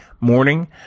morning